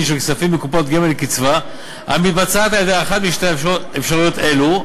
של כספים מקופת גמל לקצבה המתבצעת באחת משתי אפשרויות אלו.